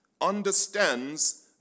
understands